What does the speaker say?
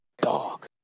Dog